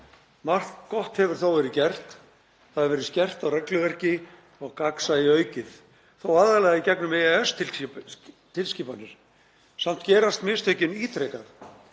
Margt gott hefur þó verið gert. Það hefur verið skerpt á regluverki og gagnsæi aukið, þó aðallega í gegnum EES-tilskipanir. Samt gerast mistökin ítrekað